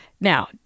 Now